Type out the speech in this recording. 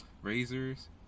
Razors